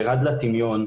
ירד לטמיון.